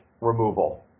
Removal